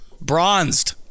bronzed